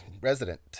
resident